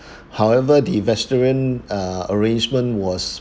however the vegetarian uh arrangement was